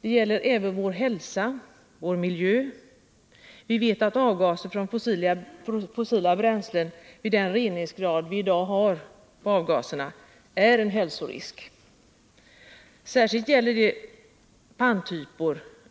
Det gäller också vår hälsa, vår miljö. Vi vet att avgaser från fossila bränslen vid den reningsgrad som vi i dag har på avgaserna är en hälsorisk. Särskilt gäller detta